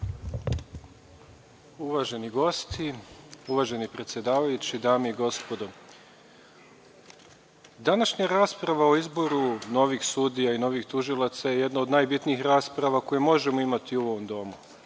Uvaženi gosti, uvaženi predsedavajući, dame i gospodo, današnja rasprava o izboru novih sudija i novih tužilaca je jedna od najbitnijih rasprava koje možemo imati u ovom domu. Izbor